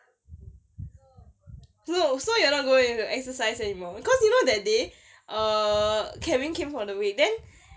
so so you're not gonna exercise anymore because you know that day uh kevin came for the week then